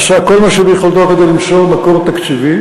עשה כל מה שביכולתו כדי למצוא מקור תקציבי